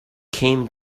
came